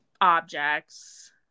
objects